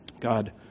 god